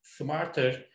smarter